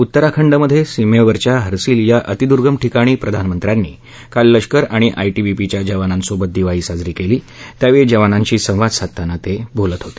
उत्तराखंडमध्ये सीमेवरच्या हर्सिल या अतिद्गम ठिकाणी प्रधानमंत्र्यांनी काल लष्कर आणि आयटीबीपीच्या जवानांसोबत दिवाळी साजरी केली त्यावेळी जवानांशी संवाद साधताना ते बोलत होते